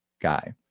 guy